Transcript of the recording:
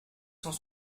cent